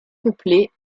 peuplée